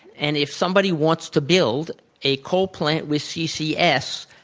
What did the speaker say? and if somebody wants to build a coal plant with ccs,